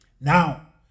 Now